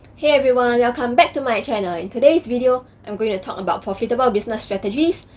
hey everyone, welcome back to my channel! in today's video, i'm going to talk about profitable business strategies,